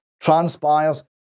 Transpires